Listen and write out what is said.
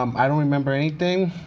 um i don't remember anything,